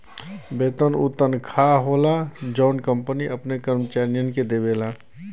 वेतन उ तनखा होला जौन कंपनी अपने कर्मचारियन के देवला